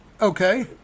Okay